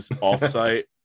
off-site